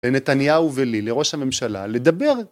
לנתניהו ולי, לראש הממשלה, לדבר